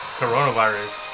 coronavirus